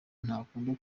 ntakunda